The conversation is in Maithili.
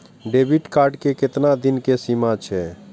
डेबिट कार्ड के केतना दिन के सीमा छै?